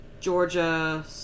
Georgia